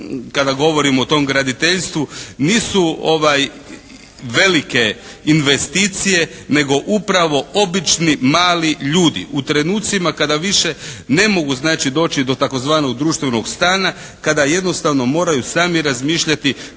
kada govorim o tom graditeljstvu nisu velike investicije nego upravo obični mali ljudi. U trenucima kada više ne mogu znači doći do tzv. društvenog stana, kada jednostavno moraju sami razmišljati